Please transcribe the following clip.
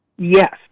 Yes